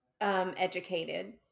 Educated